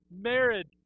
marriage